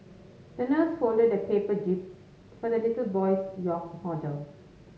the nurse folded a paper jib for the little boy's yacht model